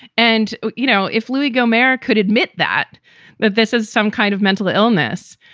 and, you know, if louie gohmert could admit that that this is some kind of mental illness,